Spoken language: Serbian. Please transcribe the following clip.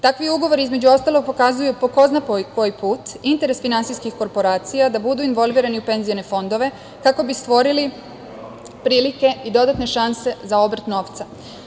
Takvi ugovori, između ostalog, pokazuju po ko zna koji put interes finansijskih korporacija da budu involvirani u penzione fondove kako bi stvorili prilike i dodatne šanse za obrt novca.